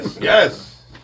yes